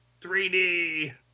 3D